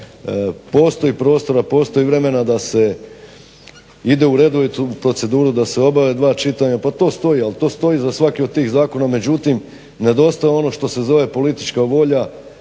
postoji prostora, postoji vremena da se ide u redovitu proceduru da se obave dva čitanja, pa to stoji, ali to stoji za svaki od tih zakona. Međutim nedostaje ono što se zove politička volja,